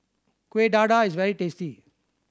Kuih Dadar is very tasty